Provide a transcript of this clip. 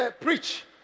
preach